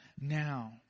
now